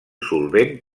solvent